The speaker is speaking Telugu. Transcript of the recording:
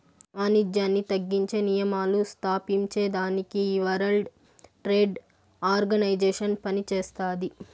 వానిజ్యాన్ని తగ్గించే నియమాలు స్తాపించేదానికి ఈ వరల్డ్ ట్రేడ్ ఆర్గనైజేషన్ పనిచేస్తాది